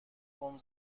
عمر